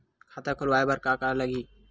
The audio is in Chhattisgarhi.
खाता खुलवाय बर का का लगही?